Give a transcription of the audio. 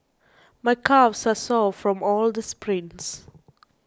my calves are sore from all the sprints